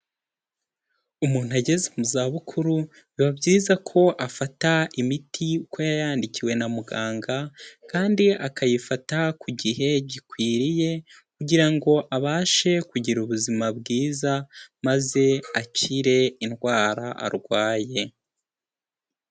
Umuntu ageze mu zabukuru biba byiza ko afata imiti uko yayandikiwe na muganga kandi akayifata ku gihe gikwiriye kugira ngo abashe kugira ubuzima bwiza maze akire indwara arwaye.